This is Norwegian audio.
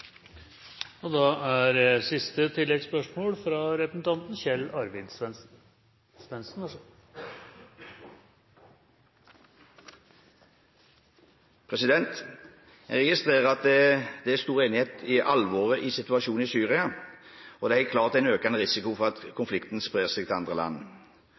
Kjell Arvid Svendsen – til dagens siste oppfølgingsspørsmål. Jeg registrerer at det er stor enighet i alvoret i situasjonen i Syria, og det er klart en økende risiko for at konflikten sprer seg til andre land.